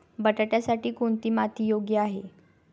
बटाट्यासाठी कोणती माती योग्य आहे?